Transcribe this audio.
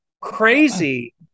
crazy